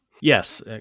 Yes